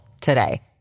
today